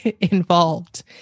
involved